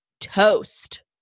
toast